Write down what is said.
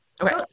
Okay